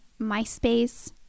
MySpace